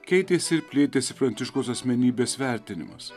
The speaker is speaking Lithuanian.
keitėsi ir plėtėsi pranciškaus asmenybės vertinimas